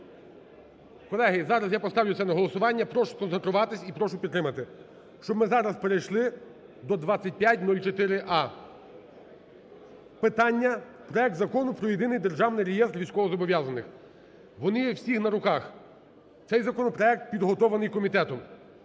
Колеги, зараз я поставлю це на голосування, прошу сконцентруватися і прошу підтримати, щоб ми зараз перейшли до 2504а. Питання: проект Закону про Єдиний державний реєстр військовозобов'язаних, вони є всі на руках. Цей законопроект підготовлений комітетом.